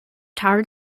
tart